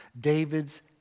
David's